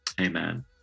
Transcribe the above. Amen